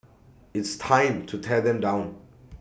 it's time to tear them down